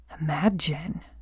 imagine